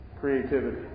creativity